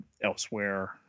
elsewhere